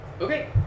Okay